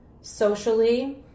socially